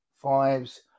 fives